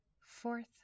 Fourth